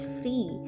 free